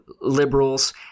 liberals